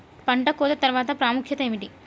పంట కోత తర్వాత ప్రాముఖ్యత ఏమిటీ?